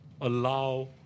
allow